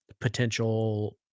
potential